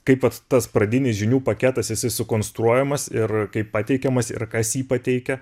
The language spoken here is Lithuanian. kaip vat tas pradinis žinių paketas jisai sukonstruojamas ir kaip pateikiamas ir kas jį pateikia